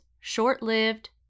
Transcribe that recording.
short-lived